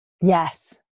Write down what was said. Yes